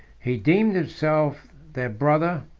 he deemed himself their brother,